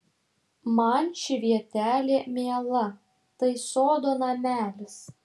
man ši vietelė miela tai sodo namelis